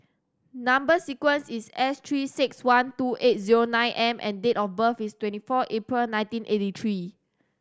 number sequence is S Three Six One two eight zero nine M and date of birth is twenty four April nineteen eighty three